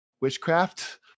witchcraft